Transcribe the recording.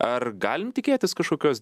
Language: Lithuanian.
ar galim tikėtis kažkokios